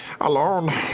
alone